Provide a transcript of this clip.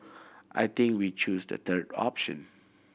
I think we chose the third option